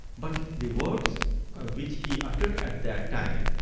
but the words ah which he uttered at that time,